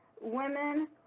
Women